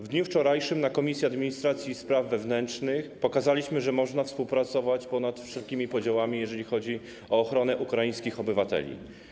W dniu wczorajszym na posiedzeniu Komisji Administracji i Spraw Wewnętrznych pokazaliśmy, że można współpracować ponad wszelkimi podziałami, jeżeli chodzi o ochronę ukraińskich obywateli.